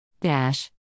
Dash